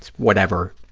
whatever,